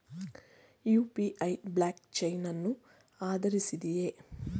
UPI block chain ಅನ್ನು ಆಧರಿಸಿದೆಯೇ?